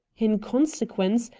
in consequence,